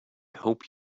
hope